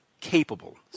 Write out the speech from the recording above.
Capable